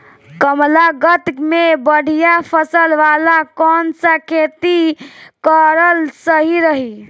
कमलागत मे बढ़िया फसल वाला कौन सा खेती करल सही रही?